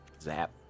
Zap